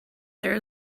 there